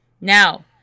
Now